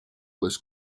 was